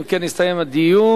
אם כן, הסתיים הדיון.